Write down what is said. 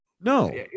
No